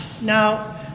Now